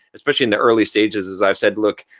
especially in the early stages is i've said, look,